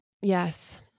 Yes